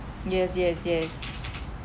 yes yes yes